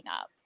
up